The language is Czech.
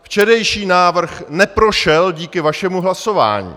Včerejší návrh neprošel díky vašemu hlasování.